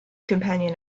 companion